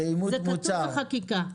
זה כתוב בחקיקה.